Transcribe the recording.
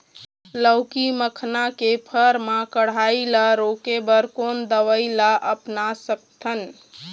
लाउकी मखना के फर मा कढ़ाई ला रोके बर कोन दवई ला अपना सकथन?